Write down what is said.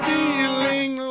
Feeling